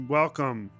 welcome